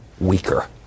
weaker